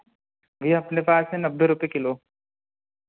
भैया अपने पास है नब्बे रुपये किलो